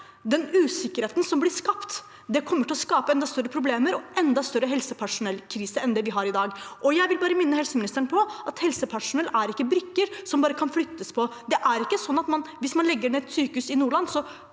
Den usikkerheten som blir skapt, kommer til å skape enda større problemer og en enda større helsepersonellkrise enn det vi har i dag. Jeg vil minne helseministeren på at helsepersonell ikke er brikker som bare kan flyttes på. Det er ikke sånn at hvis man legger ned et sykehus i Nordland,